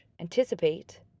anticipate